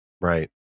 right